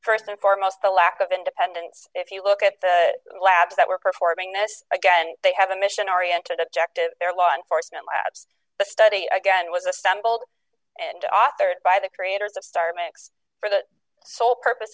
first and foremost the lack of independence if you look at the labs that were performing this again they have a mission oriented objective their law enforcement labs the study again was a fembot old and authored by the creators of star mix for the sole purpose